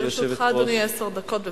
לרשותך, אדוני, עשר דקות.